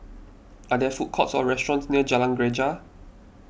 are there food courts or restaurants near Jalan Greja